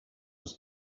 was